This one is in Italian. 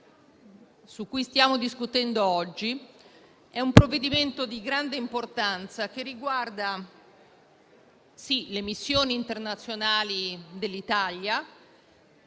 stiamo discutendo oggi di un provvedimento di grande importanza che riguarda le missioni internazionali dell'Italia,